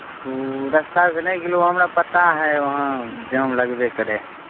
तऽ ओ रस्तासे नहि गेलहुँ हमरा पता हइ वहाँ जाम लगबे करै हइ